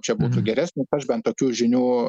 čia būtų geresnis aš bent tokių žinių